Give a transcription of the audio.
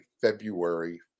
February